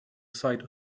site